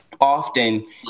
often